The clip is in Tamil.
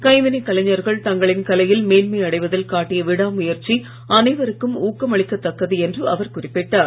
கைவினை கலைஞர்கள் தங்களின் கலையில் மேன்மை அடைவதில் காட்டிய விடா முயற்சி அனைவருக்கும் ஊக்கமளிக்கத் தக்கது என்று அவர் குறிப்பிட்டார்